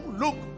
look